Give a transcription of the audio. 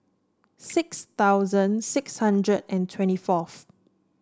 six thousand six hundred and twenty fourth